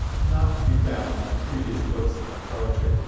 not to be found in previous books of poetry,